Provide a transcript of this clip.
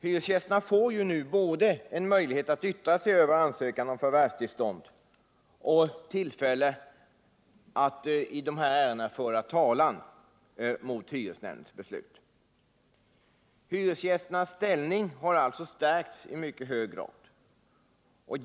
Hyresgästerna får ju nu både en möjlighet att yttra sig över ansökan om förvärvstillstånd och tillfälle att i dessa ärenden föra talan mot hyresnämndens beslut. Hyresgästernas ställning har alltså stärkts i mycket hög grad.